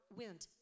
went